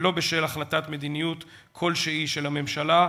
ולא בשל החלטת מדיניות כלשהי של הממשלה.